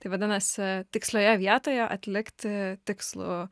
tai vadinasi tikslioje vietoje atlikti tikslų